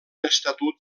estatut